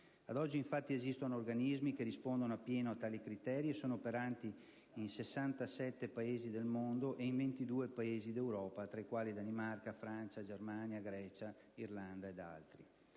Ad oggi, infatti, esistono organismi che rispondono a pieno a tali criteri e sono operanti in 67 Paesi del mondo e in 22 Paesi d'Europa, tra i quali Danimarca, Francia, Germania, Grecia e Irlanda. Altri